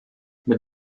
mit